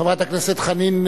חברת הכנסת חנין,